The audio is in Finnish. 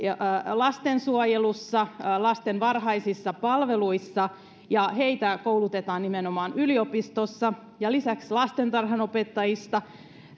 lastensuojelussa lasten varhaisissa palveluissa ja heitä koulutetaan nimenomaan yliopistossa lisäksi lastentarhanopettajista